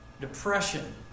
depression